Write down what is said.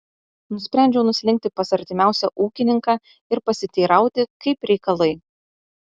nusprendžiau nuslinkti pas artimiausią ūkininką ir pasiteirauti kaip reikalai